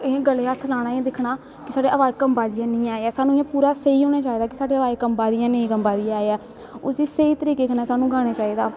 इयां गले गी हत्थ लाना इयां दिक्खना कि साढ़ी अवाज़ कमबा दी ते नी ऐ इयां पूरा स्हेई होना चाही दा कि साढ़ी अवाज़ कंवा दी जां नेंई कंबा दी ऐ उसी स्हेई तरीके कन्नै साह्नू गाने चाही दा